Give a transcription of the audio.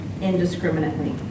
indiscriminately